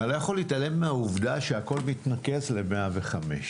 אני לא יכול להתעלם מהעובדה שהכול מתנקז ל-105.